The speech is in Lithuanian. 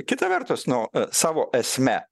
kita vertus nu savo esme